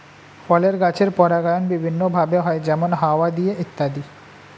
ফলের গাছের পরাগায়ন বিভিন্ন ভাবে হয়, যেমন হাওয়া দিয়ে ইত্যাদি